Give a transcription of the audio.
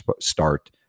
start